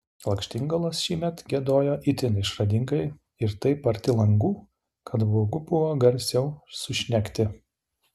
lakštingalos šįmet giedojo itin išradingai ir taip arti langų kad baugu buvo garsiau sušnekti